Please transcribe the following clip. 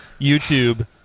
YouTube